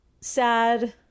sad